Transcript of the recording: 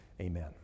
Amen